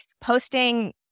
posting